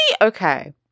Okay